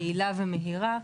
יעילה ומהירה,